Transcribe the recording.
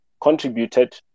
contributed